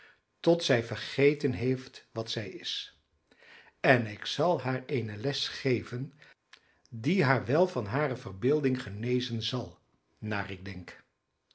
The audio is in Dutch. tot zij vergeten heeft wat zij is en ik zal haar eene les geven die haar wel van hare verbeelding genezen zal naar ik denk